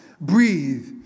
breathe